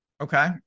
Okay